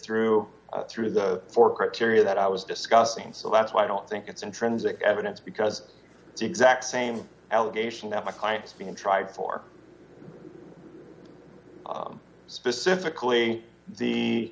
through through the four criteria that i was discussing so that's why i don't think it's intrinsic evidence because it's exact same allegation that my client's been tried for them specifically the